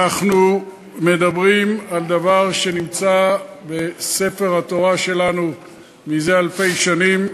אנחנו מדברים על דבר שנמצא בספר התורה שלנו זה אלפי שנים,